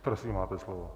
Prosím, máte slovo.